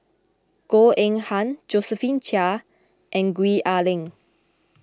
Goh Eng Han Josephine Chia and Gwee Ah Leng